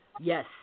Yes